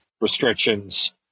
restrictions